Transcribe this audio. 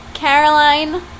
Caroline